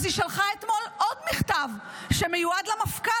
אז היא שלחה אתמול עוד מכתב שמיועד למפכ"ל,